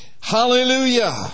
Hallelujah